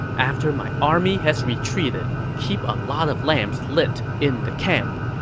after my army has retreated, keep a lot of lamps lit in the camp.